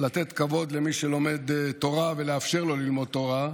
לתת כבוד למי שלומד תורה ולאפשר לו ללמוד תורה,